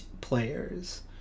players